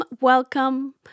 welcome